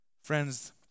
Friends